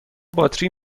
باطری